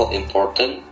important